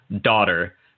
daughter